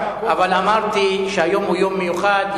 אבל אמרתי שהיום הוא יום מיוחד,